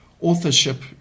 authorship